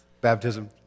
baptism